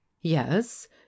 yes